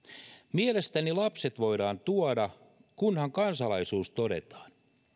mielestäni lapset voidaan tuoda kunhan kansalaisuus todetaan